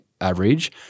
average